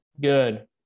Good